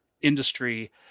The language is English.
industry